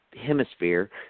hemisphere